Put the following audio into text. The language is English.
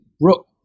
brook